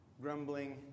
Grumbling